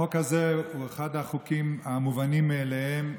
החוק הזה הוא אחד החוקים המובנים מאליהם,